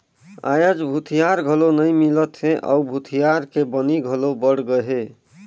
आयज भूथिहार घलो नइ मिलत हे अउ भूथिहार के बनी घलो बड़ गेहे